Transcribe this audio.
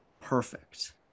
perfect